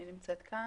אני נמצאת כאן.